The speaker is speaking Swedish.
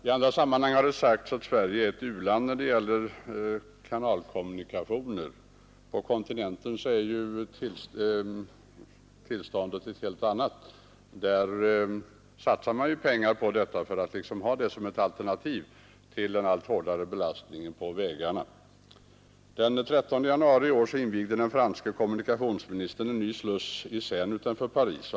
I andra sammanhang har det sagts att Sverige är ett u-land när det gäller kanalkommunikationer. På kontinenten är förhållandet ett helt annat. Där satsar man pengar på kanaler för att ha dem som ett alternativ till landsvägarna, som belastas allt hårdare. Den 13 januari i år invigde den franske kommunikationsministern en ny sluss i Seine utanför Paris.